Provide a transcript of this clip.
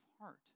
heart